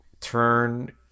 turn